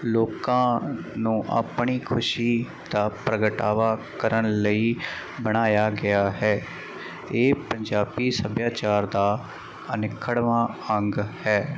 ਲੋਕਾਂ ਨੂੰ ਆਪਣੀ ਖੁਸ਼ੀ ਦਾ ਪ੍ਰਗਟਾਵਾ ਕਰਨ ਲਈ ਬਣਾਇਆ ਗਿਆ ਹੈ ਇਹ ਪੰਜਾਬੀ ਸੱਭਿਆਚਾਰ ਦਾ ਅਨਿੱਖੜਵਾਂ ਅੰਗ ਹੈ